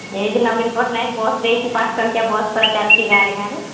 ଏକ ନବୀନ ପଟ୍ଟନାୟକ ବସ୍ ଦେଇଛି ପାଞ୍ଚ ଟଙ୍କିଆ ବସ୍ ପରା ଚାଲିଛି ଗାଁରେ ଗାଁରେ